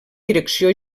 direcció